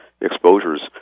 exposures